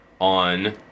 on